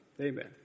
Amen